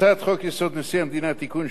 הצעת חוק-יסוד: נשיא המדינה (תיקון,